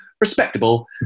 respectable